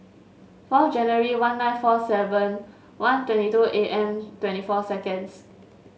four January one nine four seven one twenty two A M twenty four seconds